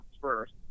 first